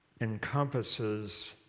encompasses